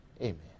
amen